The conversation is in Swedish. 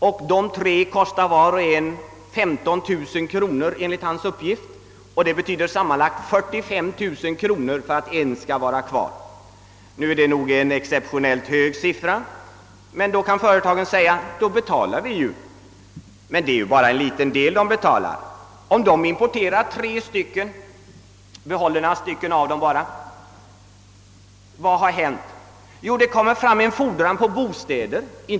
Dessa kostar enligt hans uppgift vardera 15 000 kronor. Det blir alltså sammanlagt 45 000 kronor för att en skall stanna kvar. Nu är detta nog en exceptionellt hög siffra. Företagen kan visserligen säga att de betalar dessa kostnader. Därmed betalar de emellertid ändå endast en del av kostnaderna.